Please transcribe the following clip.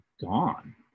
gone